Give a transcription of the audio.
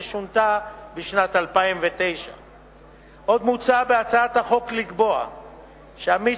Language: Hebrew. ששונתה בשנת 2009. עוד מוצע בהצעת החוק לקבוע שעמית